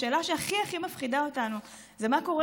השאלה שהכי הכי מפחידה אותנו היא מה קורה